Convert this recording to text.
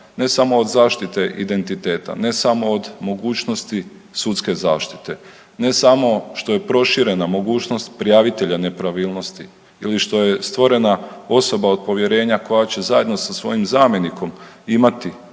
ne samo od zaštite identiteta, ne samo od mogućnosti sudske zaštite, ne samo što je proširena mogućnost prijavitelja nepravilnosti ili što je stvorena osoba od povjerenja koja će zajedno sa svojim zamjenikom imati